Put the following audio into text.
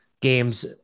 games